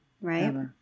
Right